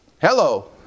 Hello